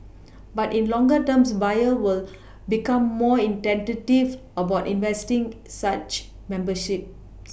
but in longer term buyers will become more in tentative about investing such memberships